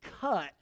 cut